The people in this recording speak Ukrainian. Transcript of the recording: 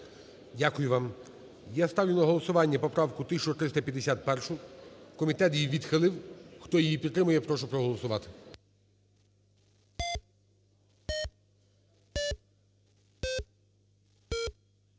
Дякую вам. Я ставлю на голосування поправку 1351. Комітет її відхилив. Хто її підтримує, прошу проголосувати.